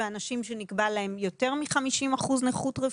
ואנשים שנקבע להם יותר מ-50 אחוזי נכות רפואית.